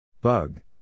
Bug